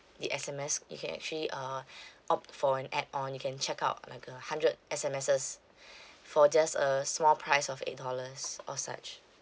the S_M_S you can actually uh opt for an add on you can check out like a hundred S_M_Ss for just a small price of eight dollars or such